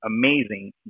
amazing